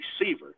receiver